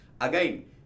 Again